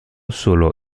solo